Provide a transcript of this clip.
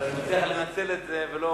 ואני מציע לנצל את זה.